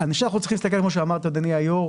אני חושב שאנחנו צריכים להסתכל כמו שאמרת אדוני היו"ר,